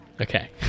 Okay